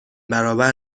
برابر